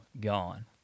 gone